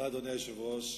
אדוני היושב-ראש,